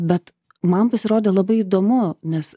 bet man pasirodė labai įdomu nes